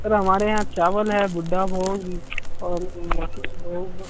sir हमारे यहाँ चावल है बुड्ढा भोग और भोग